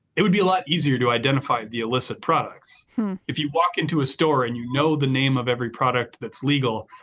it would be a lot easier to identify the illicit products if you walk into a store and you know the name of every product that's legal.